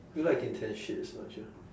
you like intense shits don't you